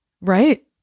right